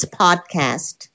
podcast